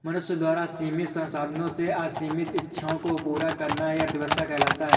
मनुष्य द्वारा सीमित संसाधनों से असीमित इच्छाओं को पूरा करना ही अर्थशास्त्र कहलाता है